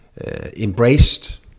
embraced